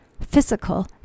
physical